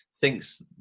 thinks